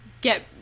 get